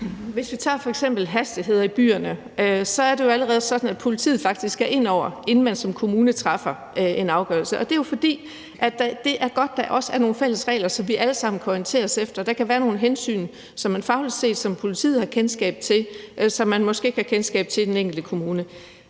Hvis vi tager f.eks. hastighedsgrænserne i byerne, er det allerede sådan, at politiet faktisk skal ind over, inden man som kommune træffer en afgørelse. Det er jo, fordi det er godt, at der også er nogle fælles regler, som vi alle sammen kan orientere os efter. Der kan være nogle faglige hensyn, som politiet har kendskab til, og som man måske ikke har kendskab til i den enkelte kommune.